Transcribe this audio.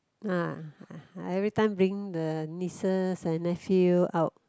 uh I every time bring the nieces and nephew out